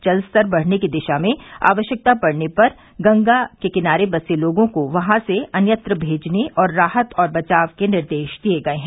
जलस्तर बढ़ने की दिशा में आवश्यकता पड़ने पर गंगा के किनारे बसे लोगों को वहां से अन्यंत्र भेजने और राहत और बचाव के निर्देश दिये गये हैं